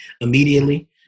immediately